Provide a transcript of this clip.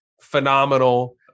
phenomenal